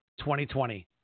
2020